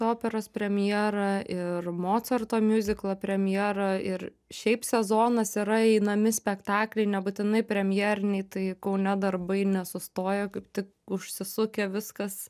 operos premjerą ir mocarto miuziklo premjerą ir šiaip sezonas yra einami spektakliai nebūtinai premjeriniai tai kaune darbai nesustoja kaip tik užsisukę viskas